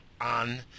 on